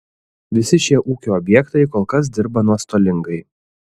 visi šie ūkio objektai kol kas dirba nuostolingai